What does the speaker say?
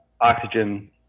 oxygen